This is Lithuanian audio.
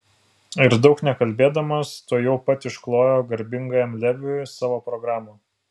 ir daug nekalbėdamas tuojau pat išklojo garbingajam leviui savo programą